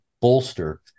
bolster